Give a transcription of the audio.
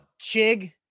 Chig